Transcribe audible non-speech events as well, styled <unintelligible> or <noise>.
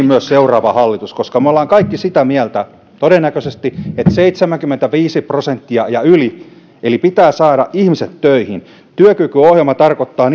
<unintelligible> myös seuraavan hallituksen lähteä edistämään koska me olemme kaikki sitä mieltä todennäköisesti että ihmisistä seitsemänkymmentäviisi prosenttia ja yli pitää saada töihin työkykyohjelma tarkoittaa <unintelligible>